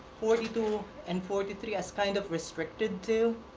forty two, and forty three as kind of restricted, too,